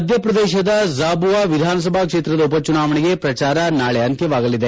ಮಧ್ಯಪ್ರದೇಶದಲ್ಲಿ ಝಾಬುಆ ವಿಧಾನಸಭಾ ಕ್ಷೇತ್ರದ ಉಪಚುನಾವಣೆಗೆ ಪ್ರಚಾರ ನಾಳೆ ಅಂತ್ಯವಾಗಲಿದೆ